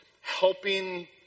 helping